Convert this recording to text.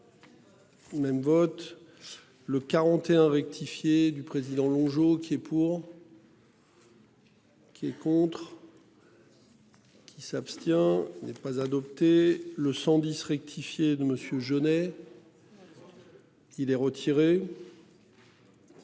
Même vote. Le 41 rectifié du président Longeau qui est pour. Qui est contre. Qui s'abstient n'est pas adopté le 110 rectifié de Monsieur Jeunet. La grande.